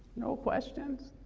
no questions?